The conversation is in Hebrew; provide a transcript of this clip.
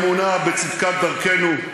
מהאמונה בצדקת דרכנו,